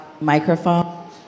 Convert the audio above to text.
microphone